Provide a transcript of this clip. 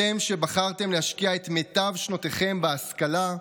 אתם, שבחרתם להשקיע את מיטב שנותיכם בהשכלה,